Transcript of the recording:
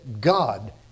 God